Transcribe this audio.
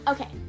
Okay